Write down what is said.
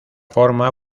forma